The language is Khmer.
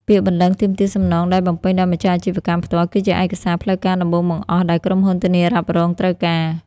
ពាក្យបណ្ដឹងទាមទារសំណង ដែលបំពេញដោយម្ចាស់អាជីវកម្មផ្ទាល់ គឺជាឯកសារផ្លូវការដំបូងបង្អស់ដែលក្រុមហ៊ុនធានារ៉ាប់រងត្រូវការ។